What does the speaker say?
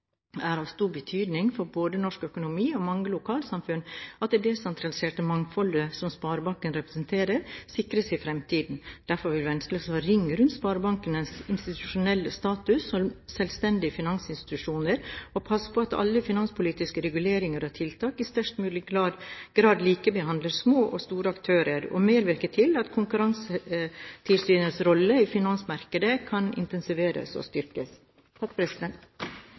det er av stor betydning for både norsk økonomi og mange lokalsamfunn at det desentraliserte mangfoldet som sparebankene representerer, sikres i fremtiden. Derfor vil Venstre slå ring rundt sparebankenes institusjonelle status som selvstendige finansinstitusjoner og passe på at alle finanspolitiske reguleringer og tiltak i størst mulig grad likebehandler små og store aktører, og medvirke til at Konkurransetilsynets rolle i finansmarkedet kan intensiveres og styrkes.